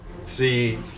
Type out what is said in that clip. see